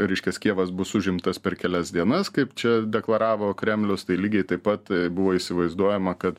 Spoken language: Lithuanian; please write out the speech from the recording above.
reiškias kijevas bus užimtas per kelias dienas kaip čia deklaravo kremlius tai lygiai taip pat buvo įsivaizduojama kad